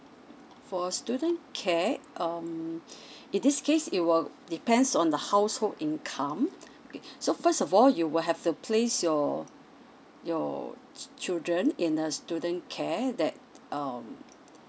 for uh student care um in this case it will depends on the household income okay so first of all you will have to place your your ch~ children in a student care that um